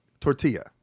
Tortilla